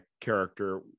character